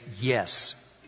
yes